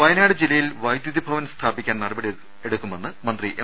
വയനാട് ജില്ലയിൽ വൈദ്യുതിഭവൻ സ്ഥാപിക്കാൻ നടപടിയെടുക്കുമെന്ന് മന്ത്രി എം